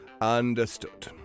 Understood